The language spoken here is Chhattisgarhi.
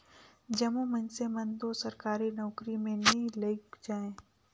जम्मो मइनसे मन दो सरकारी नउकरी में नी लइग जाएं